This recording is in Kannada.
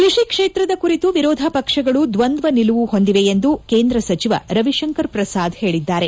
ಕೃಷಿ ಕ್ಷೇತ್ರದ ಕುರಿತು ವಿರೋಧ ಪಕ್ಷಗಳು ದ್ವಂದ್ವ ನಿಲುವು ಹೊಂದಿವೆ ಎಂದು ಕೇಂದ್ರ ಸಚಿವ ರವಿಶಂಕರ್ ಪ್ರಸಾದ್ ಹೇಳಿದ್ದಾರೆ